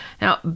Now